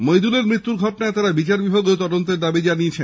মইদুলের মৃত্যুর ঘটনায় তাঁরা বিচারবিভাগীয় তদন্তের দাবি জানিয়েছেন